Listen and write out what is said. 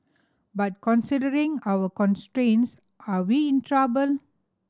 but considering our constraints are we in trouble